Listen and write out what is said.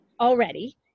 already